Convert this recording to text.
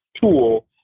tool